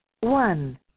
One